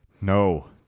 No